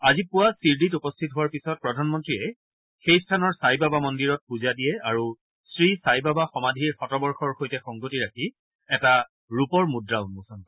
আজি পুৱা চিৰদিত উপস্থিত হোৱাৰ পিছত প্ৰাধনমন্ত্ৰীয়ে সেই স্থানৰ ছাইবাবা মন্দিৰত পূজা দিয়ে আৰু শ্ৰীছাইবাবা সমাধিৰ শতবৰ্ষৰ সৈতে সংগতি ৰাখি এটা ৰূপৰ মুদ্ৰা উন্মোচন কৰে